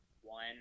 one